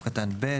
67(1)(ב)